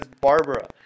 Barbara